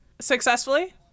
Successfully